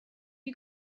you